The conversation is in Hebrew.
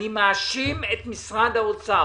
אני מאשים את משרד האוצר